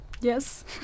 Yes